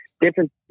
different